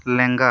ᱞᱮᱝᱜᱟ